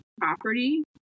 property